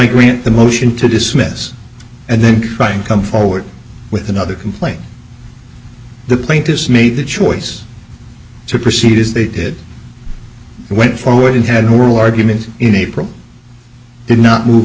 grant the motion to dismiss and then trying to come forward with another complaint the plaintiffs made the choice to proceed as they did and went forward and had oral arguments in april did not move